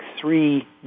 three